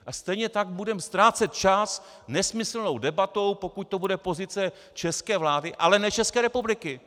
A stejně tak budeme ztrácet čas nesmyslnou debatou, pokud to bude pozice české vlády, ale ne České republiky!